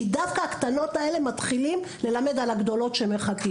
כי דווקא הדברים הקטנים האלה מתחילים ללמד על הדברים הגדולים שמחכים.